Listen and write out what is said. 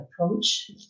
approach